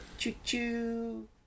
Choo-choo